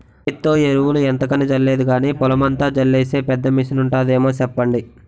సేత్తో ఎరువులు ఎంతకని జల్లేది గానీ, పొలమంతా జల్లీసే పెద్ద మిసనుంటాదేమో సెప్పండి?